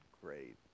great